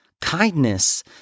Kindness